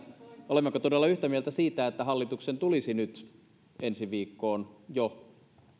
olemmeko todella yhtä mieltä siitä että hallituksen tulisi nyt jo ensi viikkoon mennessä